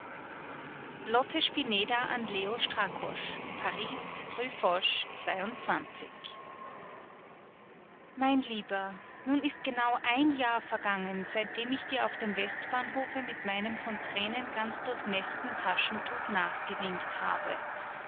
lotte spineder an leo strakosch paris rue foch mein lieber nun ist genau ein jahr vergangen seitdem ich dir auf dem westbahnhofe mit meinem von tränen ganz durchnäßten taschentuch nachgewinkt habe